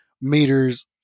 meters